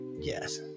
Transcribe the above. Yes